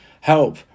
help